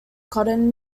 cotton